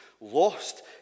Lost